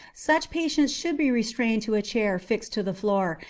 such patients should be restrained to a chair fixed to the floor,